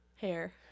Hair